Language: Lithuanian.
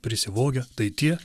prisivogę tai tie